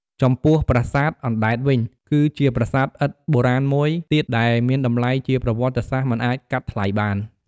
ចំពោះប្រាសាទអណ្ដែតវិញ គឺជាប្រាសាទឥដ្ឋបុរាណមួយទៀតដែលមានតម្លៃជាប្រវត្តិសាស្ត្រមិនអាចកាត់ថ្លៃបាន។